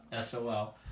SOL